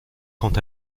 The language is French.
quant